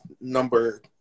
number